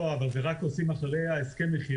לא, אבל את זה עושים רק אחרי הסכם המכירה.